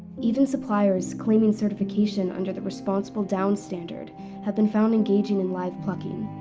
even suppliers claiming certification under the responsible down standard have been found engaging in live plucking.